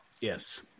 Yes